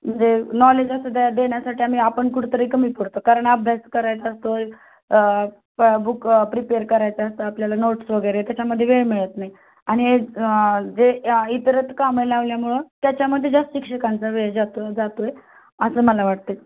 म्हणजे नॉलेज असं द्या देण्यासाठी आम्ही आपण कुठेतरी कमी पडतो कारण अभ्यास करायचा असतो बुक प्रिपेअर करायचा असतं आपल्याला नोट्स वगैरे त्याच्यामध्ये वेळ मिळत नाही आणि जे इतर कामं लावल्यामुळं त्याच्यामध्ये जास्त शिक्षकांचा वेळ जातो जातो आहे असं मला वाटते